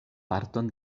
parton